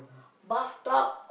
bathtub